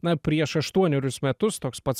na prieš aštuonerius metus toks pats